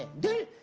do